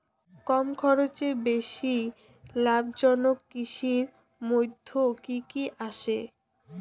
কম খরচে বেশি লাভজনক কৃষির মইধ্যে কি কি আসে?